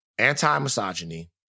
Anti-misogyny